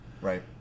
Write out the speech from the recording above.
Right